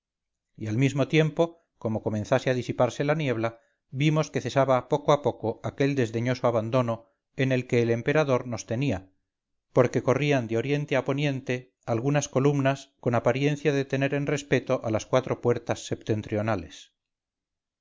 y al mismo tiempo como comenzase a disiparse la niebla vimos que cesaba poco a poco aquel desdeñoso abandono en que el emperador nos tenía porque corrían de oriente a poniente algunas columnas con apariencia de tener en respeto a las cuatro puertas septentrionales